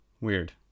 Weird